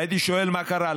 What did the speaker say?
והייתי שואל: מה קרה?